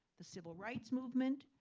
the civil rights movement.